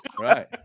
right